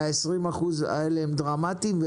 ה-20% הנחה הם דרמטיים.